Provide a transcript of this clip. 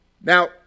Now